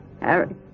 Harry